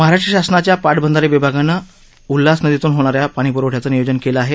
महाराष्ट्र शासनाच्या पाटबंधारे विभागानं उल्हास नदीतून होणाऱ्या पाणीप्रवठ्याचं नियोजन केले आहे